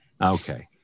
Okay